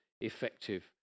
effective